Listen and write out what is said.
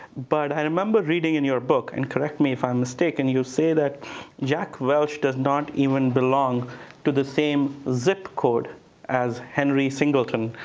but remember reading in your book, and correct me, if i'm mistaken, you say that jack welch does not even belong to the same zip code as henry singleton,